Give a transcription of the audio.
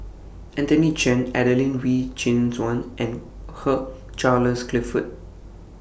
Anthony Chen Adelene Wee Chin Suan and Hugh Charles Clifford